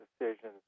decisions